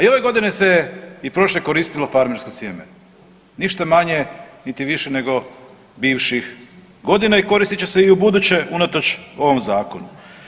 A i ove godine se koristilo farmersko sjeme, ništa manje niti više nego bivših godina i koristit će se i u buduće unatoč ovom zakonu.